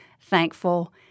thankful